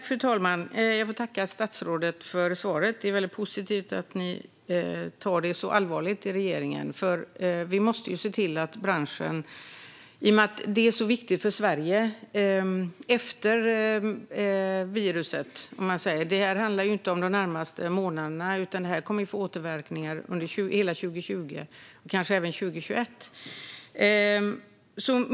Fru talman! Jag tackar statsrådet för svaret. Det är positivt att regeringen tar detta på allvar i och med att det är så viktigt för Sverige, efter viruset. Det handlar inte om de närmaste månaderna, utan detta kommer att få återverkningar under hela 2020, kanske även 2021.